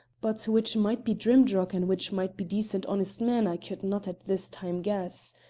but which might be drimdarroch and which might be decent honest men, i could not at this time guess.